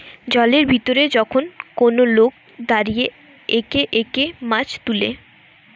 জলের ভিতরে যখন কোন লোক দাঁড়িয়ে একে একে মাছ তুলে